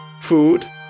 food